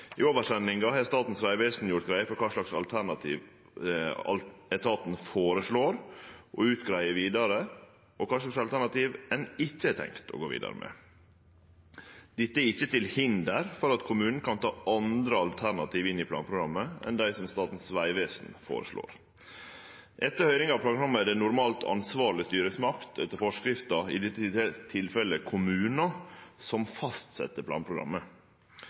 I oversendinga har Statens vegvesen gjort greie for kva slags alternativ etaten føreslår å greie ut vidare, og kva slags alternativ ein ikkje har tenkt å gå vidare med. Dette er ikkje til hinder for at kommunen kan ta andre alternativ inn i planprogrammet enn dei som Statens vegvesen føreslår. Etter høyringa av planprogrammet er det etter forskrifta normalt ansvarleg styresmakt, i dette tilfellet kommunen, som fastset planprogrammet.